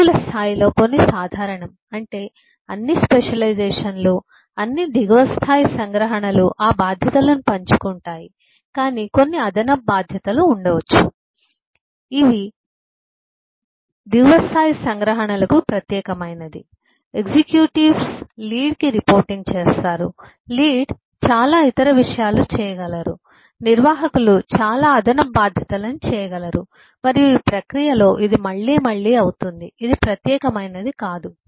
ఉద్యోగుల స్థాయిలో కొన్ని సాధారణం అంటే అన్ని స్పెషలైజేషన్లు అన్ని దిగువ స్థాయి సంగ్రహణలు ఆ బాధ్యతలను పంచుకుంటాయి కాని కొన్ని అదనపు బాధ్యతలు ఉండవచ్చు ఇవి వంటి దిగువ స్థాయి సంగ్రహణలకు ప్రత్యేకమైనవి ఎగ్జిక్యూటివ్స్ లీడ్ కి రిపోర్టింగ్ చేస్తారు లీడ్ చాలా ఇతర విషయాలు చేయగలరు నిర్వాహకులు చాలా అదనపు బాధ్యతలను చేయగలరు మరియు ఈ ప్రక్రియలో ఇది మళ్ళీ మళ్ళీ అవుతుంది ఇది ప్రత్యేకమైనది కాదు